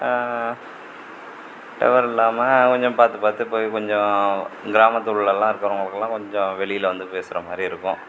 tower இல்லாமல் கொஞ்சம் பார்த்து பார்த்து போய் கொஞ்சம் கிராமத்து உள்ளேலாம் இருக்கிறவங்களுக்குகெல்லாம் கொஞ்சம் வெளியில் வந்து பேசுகிற மாதிரி இருக்கும்